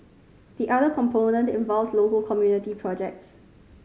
the other component involves local community projects